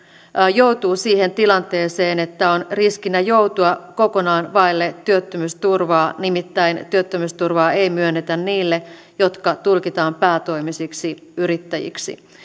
joutuu siihen tilanteeseen että on riskinä joutua kokonaan vaille työttömyysturvaa nimittäin työttömyysturvaa ei myönnetä niille jotka tulkitaan päätoimisiksi yrittäjiksi